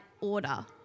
order